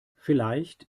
vielleicht